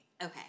Okay